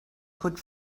could